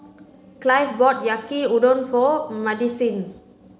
Clive bought Yaki Udon for Madisyn